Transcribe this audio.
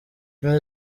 none